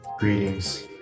Greetings